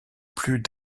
plus